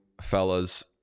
fellas